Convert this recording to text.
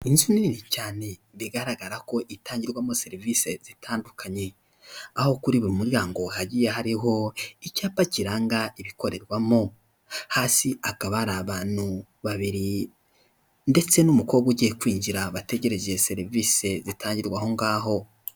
Inzu nini cyane bigaragara ko itangirwamo serivisi zitandukanye, aho kuriba muryango hagiye hariho icyapa kiranga ibikorerwamo hasi akaba ari abantu babiri ndetse n'umukobwa ugiye kwinjira bategereje iyo serivisi zitangirwa aho ngaho.